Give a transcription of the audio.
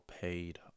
paid